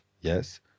Yes